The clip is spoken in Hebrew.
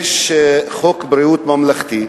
יש חוק ביטוח בריאות ממלכתי,